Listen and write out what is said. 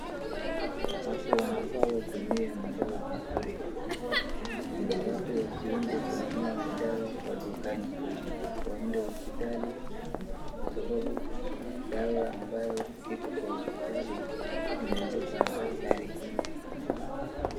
Watu wanafaa watumie madawa vizuri. Na watu wasiende kununua madawa kwa dukani. Waende hospitali kwa sababu dawa ambayo iko kwa hospitali imeandikwa na daktari.